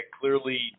clearly